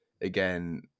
again